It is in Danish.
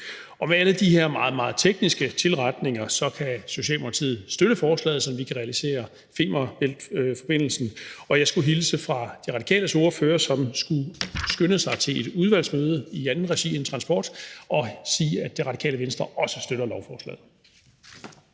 Med alle de her meget, meget tekniske tilretninger, kan Socialdemokratiet støtte forslaget, sådan at vi kan realisere Femern Bælt-forbindelsen. Og jeg skulle hilse fra Radikales ordfører, som skulle skynde sig til et udvalgsmøde i andet regi end transport, og sige, at Radikale Venstre også støtter lovforslaget.